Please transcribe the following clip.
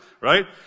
right